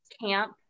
camp